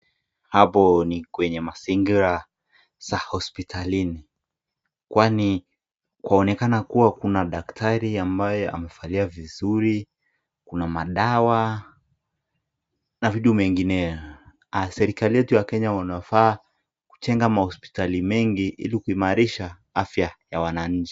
Hapo ni kwenye mazingira za hospitalini kwani kwaonekana kuwa kuna daktari ambaye amevalia vizuri, kuna madawa na vitu mengineyo. Serikali yetu ya Kenya wanafaa kujenga mahospitali mengi ili kuimarisha afya ya wananchi.